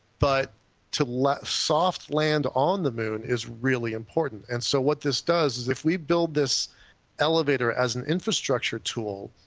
but to soft land on the moon is really important. and so what this does is if we build this elevator as an infrastructure tool,